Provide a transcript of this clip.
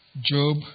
Job